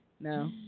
No